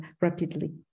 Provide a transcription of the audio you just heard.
rapidly